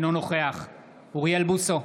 אינו נוכח אוריאל בוסו,